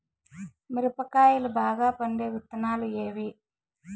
మిరప కాయలు బాగా పండే విత్తనాలు ఏవి